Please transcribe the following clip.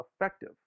effective